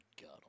God